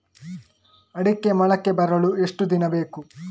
ಅಡಿಕೆ ಮೊಳಕೆ ಬರಲು ಎಷ್ಟು ದಿನ ಬೇಕು?